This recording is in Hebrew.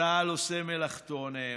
צה"ל עושה מלאכתו נאמנה.